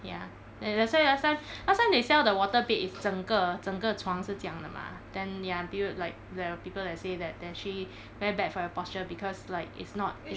ya that's why last time last time they sell the water bed is 整个整个床是这样的 mah then ya pe~ you like got people that say that actually very bad for your posture because like it's not is